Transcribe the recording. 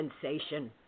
sensation